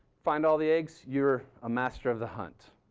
find all the eggs, you're a master of the hunt.